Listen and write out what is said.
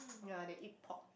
ya they eat pork